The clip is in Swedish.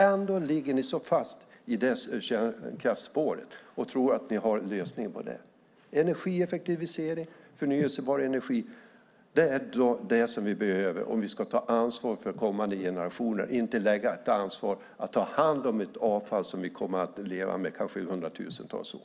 Ändå ligger ni så fast i kärnkraftsspåret och tror att ni har lösningen på det. Energieffektivisering och förnybar energi är det vi behöver om vi ska ta ansvar för kommande generationer. Vi ska inte lägga ett ansvar på andra att ta hand om ett avfall som man kommer att få leva med i kanske hundratusentals år.